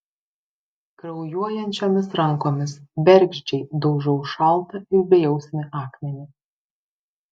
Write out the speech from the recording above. kraujuojančiomis rankomis bergždžiai daužau šaltą ir bejausmį akmenį